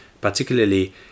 particularly